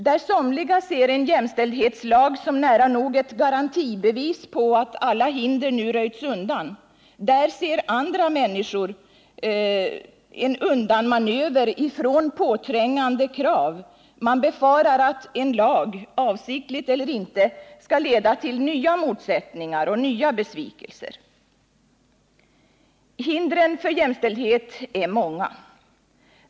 Där somliga ser en jämställdhetslag som nära nog ett garantibevis på att alla hinder nu röjts undan, där ser andra människor en undanmanöver från påträngande krav — man befarar att en lag, avsiktligt eller inte, skall leda till nya motsättningar och nya besvikelser. Hindren för jämställdhet är många.